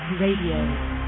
Radio